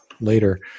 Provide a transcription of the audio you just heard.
later